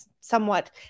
somewhat